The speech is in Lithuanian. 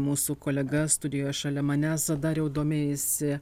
mūsų kolega studijoje šalia manęs dariau domėjaisi